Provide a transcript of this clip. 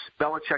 Belichick